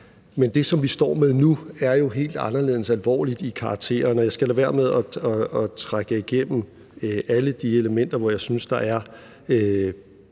Men det, som vi står med nu, er jo helt anderledes alvorligt i karakteren, og jeg skal lade være med at trække jer igennem alle de elementer, hvor jeg synes der er